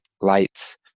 lights